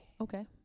okay